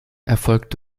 erfolgt